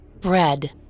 bread